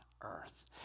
earth